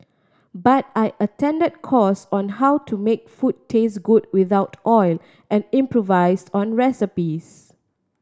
but I attended course on how to make food taste good without oil and improvise on recipes